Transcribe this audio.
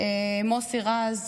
מוסי רז,